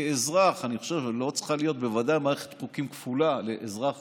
כאזרח אני חושב שבוודאי לא צריכה להיות מערכת חוקים כפולה לאזרח